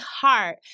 heart